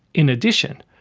in addition,